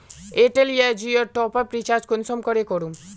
Airtel या जियोर top up recharge कुंसम करे करूम?